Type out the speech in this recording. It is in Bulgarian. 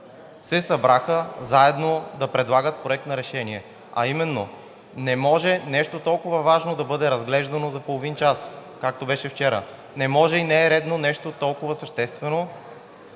се събраха заедно да предлагат Проект на решение, а именно не може нещо толкова важно да бъде разглеждано за половин час, както беше вчера. Не може и не е редно нещо толкова съществено